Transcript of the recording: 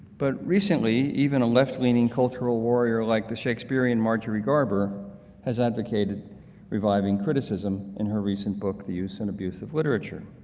but recently even a left-leaning cultural warrior like the shakespearean marjorie garber has advocated reviving criticism in her recent book, the use and abuse of literature